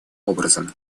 образом